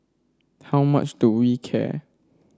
how much do we care